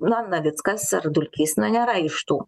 na navickas ar dulkys na nėra iš tų